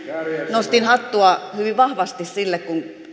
nostin hattua hyvin vahvasti sille